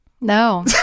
No